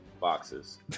Boxes